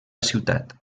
ciutat